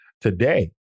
Today